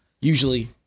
usually